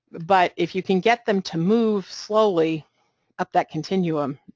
but, if you can get them to move slowly up that continuum,